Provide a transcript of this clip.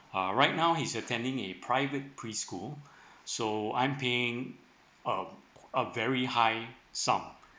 uh right now he's attending a private preschool so I'm paying uh a very high sum